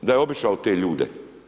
Da je obišao te ljude.